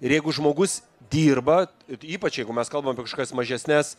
ir jeigu žmogus dirba ypač jeigu mes kalbam apie kažkokias mažesnes